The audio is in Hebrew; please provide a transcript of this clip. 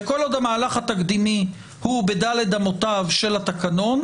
וכל עוד המהלך התקדימי הוא בדלת אמותיו של התקנון,